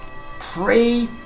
Pray